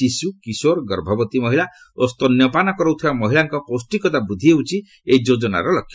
ଶିଶୁ କିଶୋର ଗର୍ଭବତୀ ମହିଳା ଓ ସ୍ତନ୍ୟପାନ କରାଉଥିବା ମହିଳାଙ୍କ ପୌଷ୍ଟିକତା ବୃଦ୍ଧି ହେଉଛି ଏହି ଯୋଜନାର ଲକ୍ଷ୍ୟ